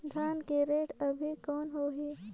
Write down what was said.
धान के रेट अभी कौन होही?